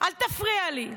אל תפריע לי,